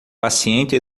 paciente